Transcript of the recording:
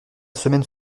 semaine